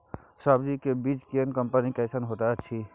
सब्जी के बीज केना कंपनी कैसन होयत अछि?